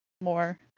more